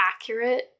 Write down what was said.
accurate